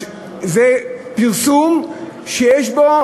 זה פרסום שיש בו